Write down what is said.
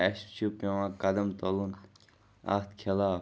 اَسہِ چھِ پیٚوان قدم تُلُن اَتھ خِلاف